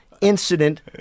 incident